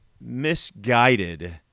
misguided